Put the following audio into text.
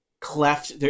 cleft